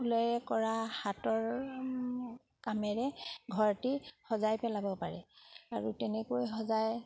ঊলেৰে কৰা হাতৰ কামেৰে ঘৰতে সজাই পেলাব পাৰে আৰু তেনেকৈ সজাই